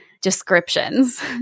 descriptions